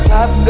Top